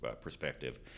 perspective